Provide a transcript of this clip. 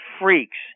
freaks